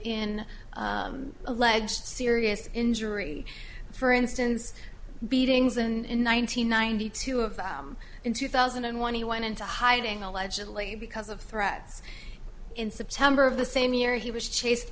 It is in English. in alleged serious injury for instance beatings and in one nine hundred ninety two of in two thousand and one he went into hiding allegedly because of threats in september of the same year he was chased